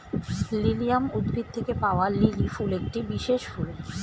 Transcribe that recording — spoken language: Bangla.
লিলিয়াম উদ্ভিদ থেকে পাওয়া লিলি ফুল একটি বিশেষ ফুল